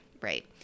right